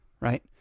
Right